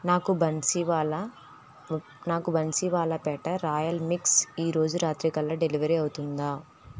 నాకు బన్సీవాలా నాకు బన్సీవాలా పేటా రాయల్ మిక్స్ ఈరోజు రాత్రికల్లా డెలివరీ అవుతుందా